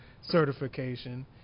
certification